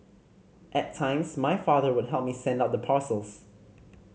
at times my father would help me send out the parcels